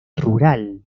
rural